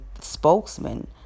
spokesman